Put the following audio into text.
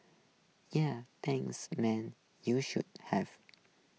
ya pains man you should have